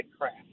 crash